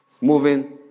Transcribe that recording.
moving